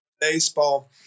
baseball